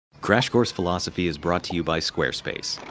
crash course philosophy is brought to you by squarespace.